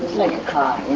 like a car,